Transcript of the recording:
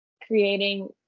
creating